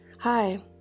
Hi